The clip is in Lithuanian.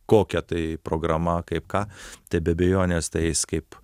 kokia tai programa kaip ką tai be abejonės tai eis kaip